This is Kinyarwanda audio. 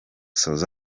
south